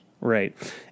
Right